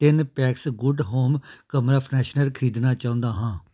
ਤਿੰਨ packs good home ਕਮਰਾ freshener ਖਰੀਦਣਾ ਚਾਹੁੰਦਾ ਹਾਂ